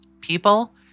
People